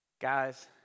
Guys